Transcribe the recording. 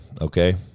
Okay